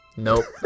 Nope